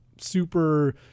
super